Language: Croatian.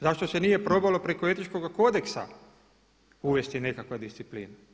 Zašto se nije probalo preko etičkoga kodeksa uvesti nekakva disciplina?